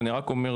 אני רק אומר,